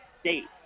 State